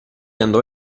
andò